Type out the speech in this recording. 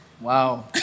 Wow